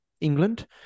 England